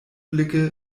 blicke